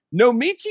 Nomichi